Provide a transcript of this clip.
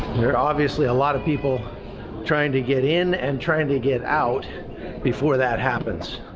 there are obviously a lot of people trying to get in and trying to get out before that happens.